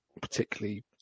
particularly